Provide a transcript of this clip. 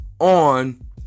on